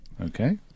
Okay